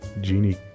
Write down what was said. genie